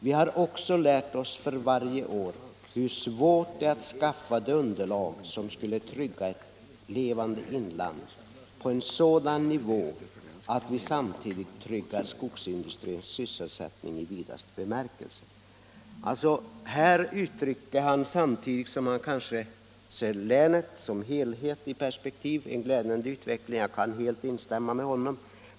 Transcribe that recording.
Vi har också lärt oss för varje år hur svårt det är att skaffa det underlag som skulle trygga ett levande inland på en sådan nivå att vi samtidigt tryggar skogsindustrin och sysselsättning i vidaste bemärkelse.” Landshövdingen gav alltså uttryck för att man för länet som helhet kan se en glädjande utveckling — och det kan jag helt instämma i.